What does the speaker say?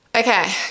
Okay